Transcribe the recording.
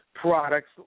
products